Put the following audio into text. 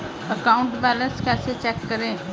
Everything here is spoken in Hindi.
अकाउंट बैलेंस कैसे चेक करें?